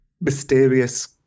mysterious